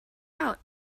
out